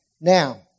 Now